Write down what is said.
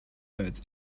birds